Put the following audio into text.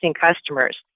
customers